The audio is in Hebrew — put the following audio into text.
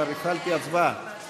חוק סדר הדין הפלילי (תיקון מס' 62,